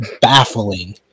baffling